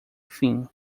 fim